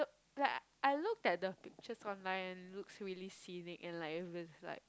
like I looked at the pictures online and it looks really scenic and like it was like